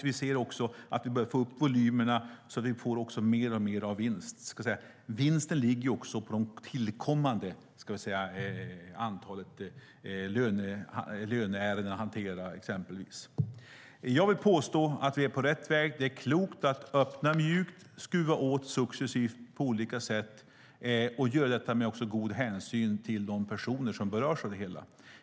Vi ser också att vi börjar få upp volymerna så att vi får alltmer av vinst. Vinsten ligger också på exempelvis det tillkommande antalet hanterade löneärenden. Jag vill påstå att vi är på rätt väg. Det är klokt att öppna mjukt och skruva åt successivt på olika sätt och göra detta med god hänsyn till de personer som berörs av det hela.